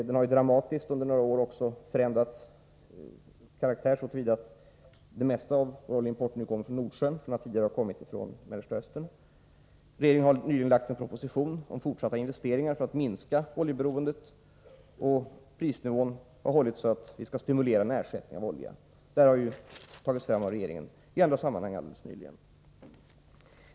Den har under några år också dramatiskt förändrat karaktär så till vida att det mesta av oljeimporten nu kommer från Nordsjön, medan den tidigare kom från Mellersta Östern. Regeringen har nyligen lagt fram en proposition om fortsatta investeringar för att minska oljeberoendet, och priserna har hållits på en sådan nivå att vi skall stimulera till ersättning av oljan.